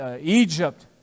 Egypt